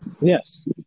Yes